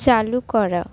চালু করা